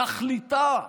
תכליתה,